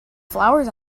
flowers